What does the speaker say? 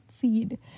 seed